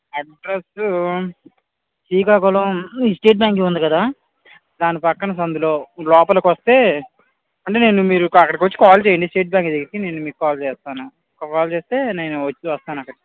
address Srikakulam state బ్యాంక్కి ఉంది కదా దాని ప్రక్కన సందులో లోపలకి వస్తే అంటే నేను మీరు ఇప్పుడు అక్కడికి వచ్చి కాల్ చేయండి స్టేట్ బ్యాంక్ దగ్గరికి నేను మీకు కాల్ చేస్తాను కాల్ చేస్తే నేను వచ్చి వస్తాను అక్కడకి